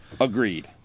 agreed